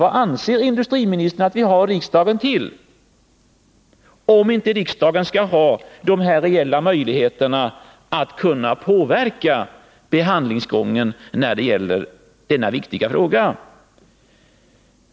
Vad anser industriministern att vi har riksdagen till, om riksdagen inte skall ha de här reella möjligheterna att påverka behandlingsgången i denna viktiga fråga?